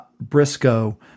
Briscoe